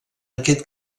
aquest